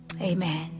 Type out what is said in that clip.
Amen